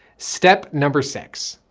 step number six.